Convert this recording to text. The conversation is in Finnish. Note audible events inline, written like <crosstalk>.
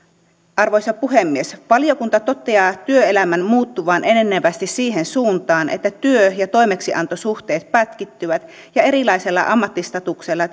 arvoisa puhemies valiokunta toteaa työelämän muuttuvan enenevästi siihen suuntaan että työ ja toimeksiantosuhteet pätkittyvät ja erilaisella ammattistatuksella <unintelligible>